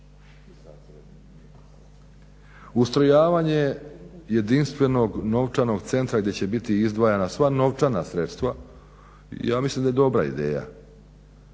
Ustrojavanje jedinstvenog novčanog centra gdje će biti izdvajana sva novčana sredstva ja mislim da je dobra ideja.